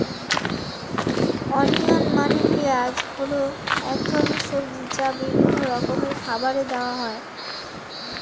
onion মানে পেঁয়াজ হল এক ধরনের সবজি যা বিভিন্ন রকমের খাবারে দেওয়া হয়